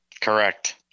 correct